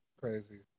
Crazy